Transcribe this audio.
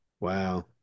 Wow